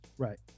Right